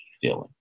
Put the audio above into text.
feeling